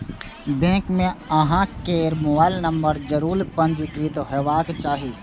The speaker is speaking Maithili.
बैंक मे अहां केर मोबाइल नंबर जरूर पंजीकृत हेबाक चाही